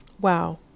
Wow